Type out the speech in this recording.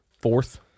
fourth